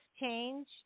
change